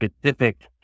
specific